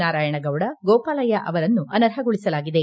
ನಾರಾಯಣಗೌಡ ಗೋಪಾಲಯ್ಕ ಅವರನ್ನು ಅನರ್ಹಗೊಳಿಸಲಾಗಿದೆ